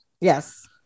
Yes